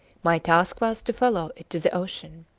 my task was to follow it to the ocean.